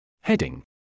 Heading